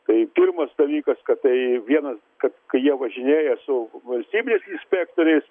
tai pirmas dalykas kad tai vienas kad kai jie važinėja su valstybinės inspektoriais